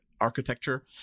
architecture